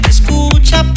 Escucha